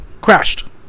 Crashed